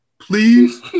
Please